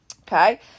Okay